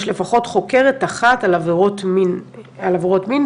יש לפחות חוקרת אחת על עבירות מין וברובן,